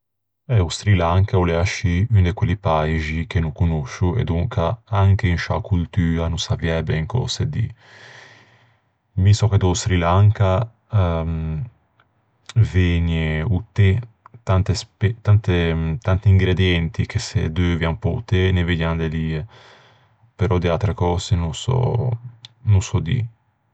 Eh, o Sri Lanka o l'é ascì un de quelli paixi che no conoscio e donca anche in sciâ coltua no saviæ ben cöse dî. Mi sò che da-o Sri Lanka vëgne o té, tante spe-tante-tanti ingredienti che se deuvian pe-o té vëgnan de lie. Però de atre cöse no sò, no sò dî.